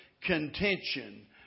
contention